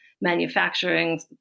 manufacturing